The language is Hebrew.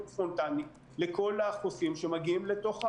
ספונטני לכל החוסים שמגיעים לתוך המסגרת.